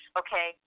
okay